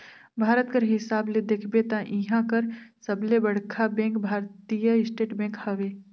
भारत कर हिसाब ले देखबे ता इहां कर सबले बड़खा बेंक भारतीय स्टेट बेंक हवे